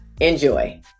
Enjoy